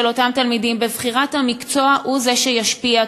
אותם תלמידים בבחירת המקצוע הוא שישפיע,